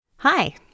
Hi